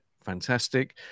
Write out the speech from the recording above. Fantastic